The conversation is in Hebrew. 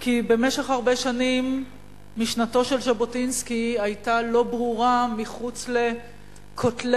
כי במשך הרבה שנים משנתו של ז'בוטינסקי היתה לא ברורה מחוץ לכותלי,